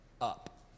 Up